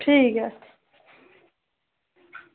ठीक ऐ